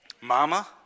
Mama